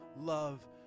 love